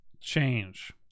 change